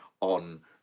on